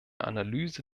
analyse